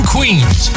Queens